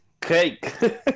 cake